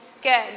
Good